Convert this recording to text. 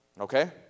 Okay